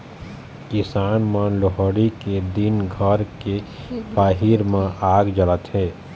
किसान मन लोहड़ी के दिन घर के बाहिर म आग जलाथे